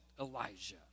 Elijah